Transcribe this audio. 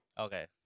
Okay